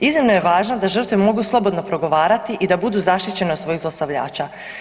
Iznimno je važno da žrtve mogu slobodno progovarati i da budu zaštićene od svojih zlostavljača.